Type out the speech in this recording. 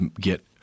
get